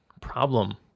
problem